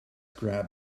grab